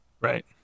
Right